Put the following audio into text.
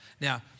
Now